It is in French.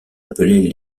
appelés